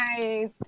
guys